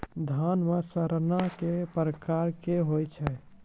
धान म सड़ना कै प्रकार के होय छै?